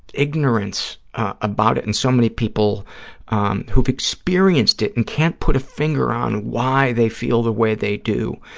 ignorance about it and so many people who've experienced it and can't put a finger on why they feel the way they do.